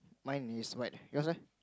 mine is like yours leh